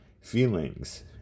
feelings